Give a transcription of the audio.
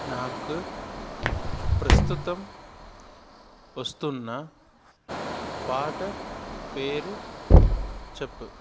నాకు ప్రస్తుతం వస్తున్న పాట పేరు చెప్పు